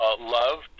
love